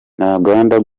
ntaganda